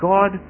God